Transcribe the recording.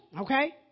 Okay